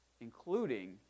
including